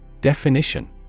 Definition